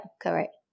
correct